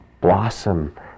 blossom